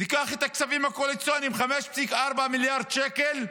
ניקח את הכספים הקואליציוניים, 5.4 מיליארד שקל,